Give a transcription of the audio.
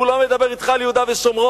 הוא לא מדבר אתך על יהודה ושומרון,